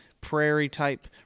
prairie-type